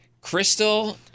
Crystal